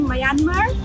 Myanmar